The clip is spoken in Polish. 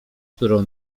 którą